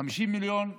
50 מיליון מגבייה.